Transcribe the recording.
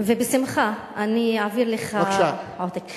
בשמחה אני אעביר לך עותק.